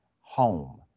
home